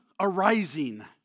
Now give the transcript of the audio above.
arising